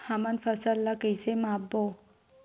हमन फसल ला कइसे माप बो?